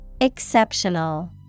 Exceptional